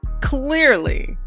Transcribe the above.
clearly